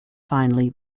finally